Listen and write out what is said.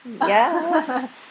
Yes